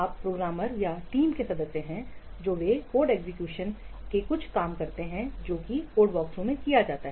आप प्रोग्रामर या टीम के सदस्य हैं जो वे कोड एग्जीक्यूशन के कुछ काम करते हैं जो कि कोड वॉकथ्रू में किया जाता है